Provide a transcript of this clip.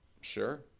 Sure